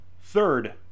third